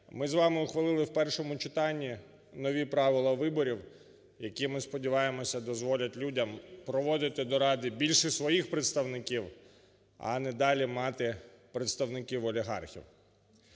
ми з вами ухвалили у першому читання нові правила виборів, які, ми сподіваємося, дозволять людям проводити до ради більше своїх представників, а не далі мати представників олігархів.